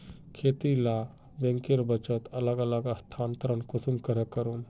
खेती डा बैंकेर बचत अलग अलग स्थानंतरण कुंसम करे करूम?